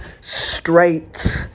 straight